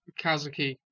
Kazuki